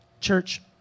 Church